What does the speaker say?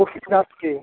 পরশুদিন রাত্রে